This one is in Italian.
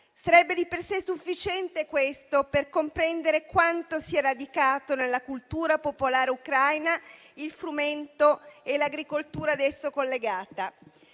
sarebbe di per sé sufficiente per comprendere quanto sia radicato nella cultura popolare ucraina il frumento e l'agricoltura ad esso collegata.